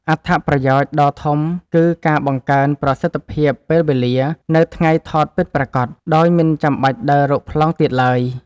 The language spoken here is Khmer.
អត្ថប្រយោជន៍ដ៏ធំគឺការបង្កើនប្រសិទ្ធភាពពេលវេលានៅថ្ងៃថតពិតប្រាកដ ដោយមិនចាំបាច់ដើររកប្លង់ទៀតឡើយ។